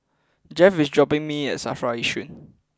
Jeff is dropping me at Safra Yishun